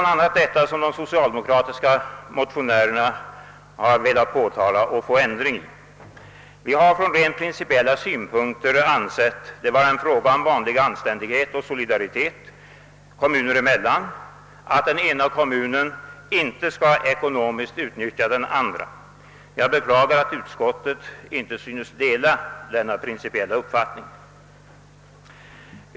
detta förhållande, som de socialdemokratiska motionärerna har velat påtala och få ändrat. Vi har ur rent principiella synpunkter ansett det vara en fråga om vanlig anständighet och solidaritet kommuner emellan, att den ena kommunen inte skall ekonomiskt utnyttja den andra. Jag beklagar att utskottet inte synes dela denna vår uppfattning.